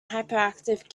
hyperactive